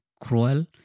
cruel